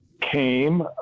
came